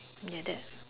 ya